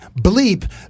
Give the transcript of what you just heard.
bleep